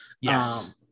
Yes